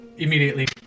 immediately